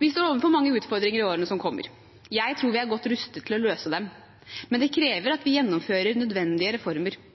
Vi står overfor mange utfordringer i årene som kommer. Jeg tror vi er godt rustet til å løse dem, men det krever at vi gjennomfører nødvendige reformer.